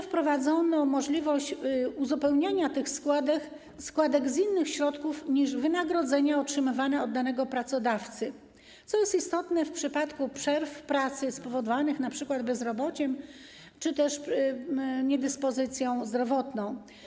Wprowadzono także możliwość uzupełniania tych składek ze środków innych niż wynagrodzenie otrzymywane od danego pracodawcy, co jest istotne w przypadku przerw w pracy spowodowanych np. bezrobociem czy też niedyspozycją zdrowotną.